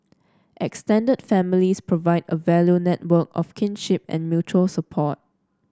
extended families provide a value network of kinship and mutual support